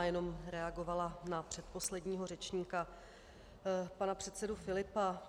Jenom bych reagovala na předposledního řečníka, pana předsedu Filipa.